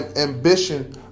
ambition